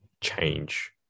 change